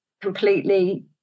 completely